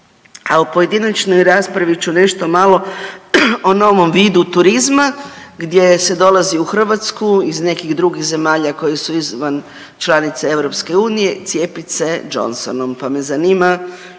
a u pojedinačnoj raspravi ću nešto malo o novom vidu turizma gdje se dolazi u Hrvatsku iz nekih drugih zemalja koje su izvan članice EU cijepit se Johnsonom, pa me zanima